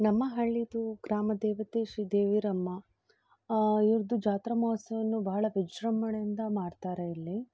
ನಮ್ಮ ಹಳ್ಳಿಯದು ಗ್ರಾಮ ದೇವತೆ ಶ್ರೀ ದೇವೀರಮ್ಮ ಇವ್ರದ್ದು ಜಾತ್ರಾ ಮಹೋತ್ಸವವನ್ನು ಬಹಳ ವಿಜೃಂಭಣೆಯಿಂದ ಮಾಡ್ತಾರೆ ಇಲ್ಲಿ